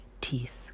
teeth